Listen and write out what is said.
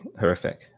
horrific